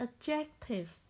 adjective